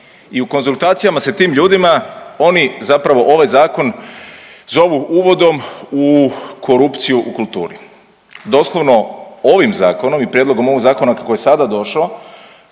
I u konzultacijama sa tim ljudima oni zapravo ovaj zakon zovu uvodom u korupciju u kulturi. Doslovno ovim zakonom i prijedlogom ovog zakona kako je sada došao,